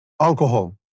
alcohol